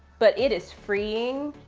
but it is freeing.